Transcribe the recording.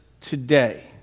today